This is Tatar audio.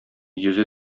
йөзе